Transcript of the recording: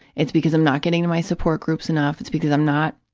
it's because i'm not getting to my support groups enough, it's because i'm not,